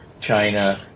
China